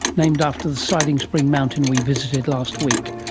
named after the siding spring mountain we visited last week,